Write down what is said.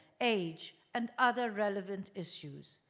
age, and other relevant issues.